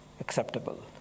acceptable